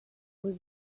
was